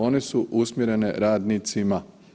One su usmjerene radnicima.